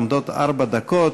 עומדות ארבע דקות.